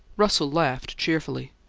russell laughed cheerfully.